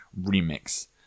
remix